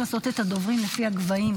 צריך לעשות את הדוברים לפי הגבהים,